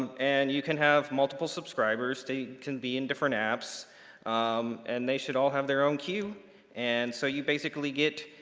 and you can have multiple subscribers. they can be in different apps um and they should all have their own queue and so you basically get,